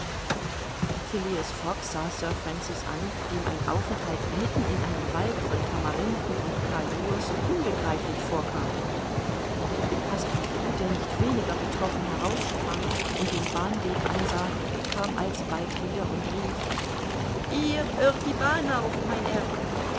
sir francis an dem ein aufenthalt mitten in einem wald von tamarinden und khajours unbegreiflich vorkam passepartout der nicht weniger betroffen heraussprang und den bahnweg ansah kam alsbald wieder und rief hier hört die bahn auf mein